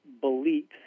beliefs